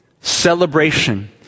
celebration